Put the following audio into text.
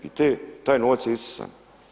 I taj novac je isisan.